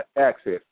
access